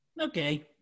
Okay